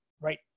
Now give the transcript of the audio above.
right